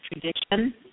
tradition